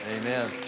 Amen